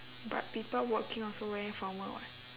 but people working also wear formal what